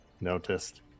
noticed